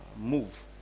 move